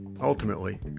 Ultimately